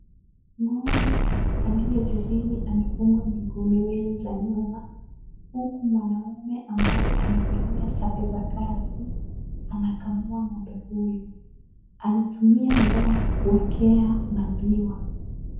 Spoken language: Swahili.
Ng'ombe aliye zizini amefungwa miguu miwili za nyuma, huku mwanaume ambaye amevalia sare za kazi anakamua ng'ombe huyu. Anatumia ndoo kuwekea maziwa.